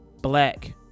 black